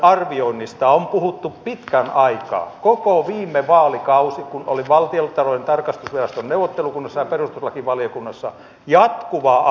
minä itse hoitajana haluan esittää eriävän mielipiteeni tuohon asiaan mikä on tilanne tällä hetkellä